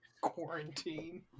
quarantine